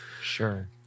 Sure